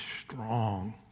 strong